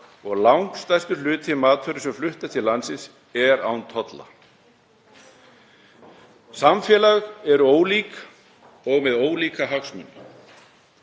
og langstærstur hluti matvöru sem flutt er til landsins er án tolla. Samfélög eru ólík og með ólíka hagsmuni.